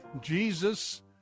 Jesus